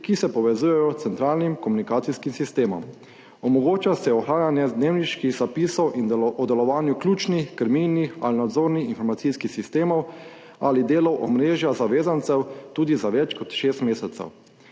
ki se povezujejo s centralnim komunikacijskim sistemom. Omogoča se ohranjanje dnevniških zapisov in o delovanju ključnih, krmilnih ali nadzornih informacijskih sistemov ali delov omrežja zavezancev tudi za več kot 6 mesecev.